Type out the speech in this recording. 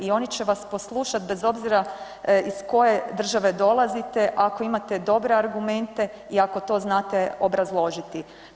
I oni će vas poslušati bez obzira iz koje države dolazite ako imate dobre argumente i ako to znate obrazložiti.